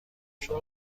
شما